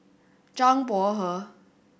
Zhang Bohe